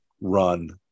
run